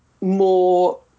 more